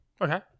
Okay